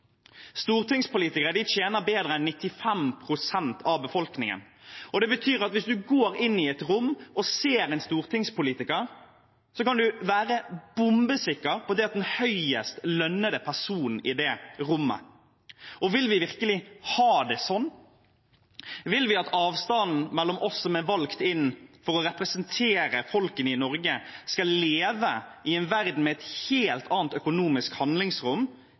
Stortingspolitikere tjener bedre enn 95 pst. av befolkningen. Det betyr at hvis du går inn i et rom og ser en stortingspolitiker, kan du være bombesikker på at det er den høyest lønnede personen i det rommet. Vil vi virkelig ha det sånn? Vil vi ha den avstanden – at vi som er valgt inn for å representere folket i Norge, skal leve i en verden med et helt annet økonomisk handlingsrom